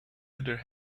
other